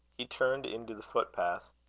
he turned into the footpath.